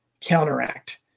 counteract